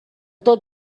tot